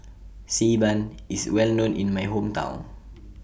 Xi Ban IS Well known in My Hometown